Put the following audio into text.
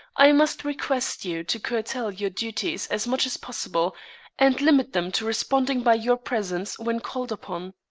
i must request you to curtail your duties as much as possible and limit them to responding by your presence when called upon.